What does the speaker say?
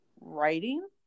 writing